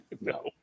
no